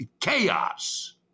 chaos